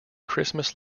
christmas